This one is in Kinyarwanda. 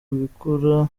ubikora